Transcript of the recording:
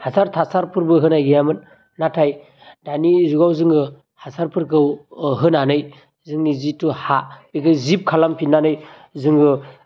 हासार थासारफोरबो गैयामोन नाथाय दानि जुगाव जोङो हासारफोरखौ होनानै जोंनि जिथु हा जिब खालामफिननानै जोङो